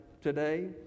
Today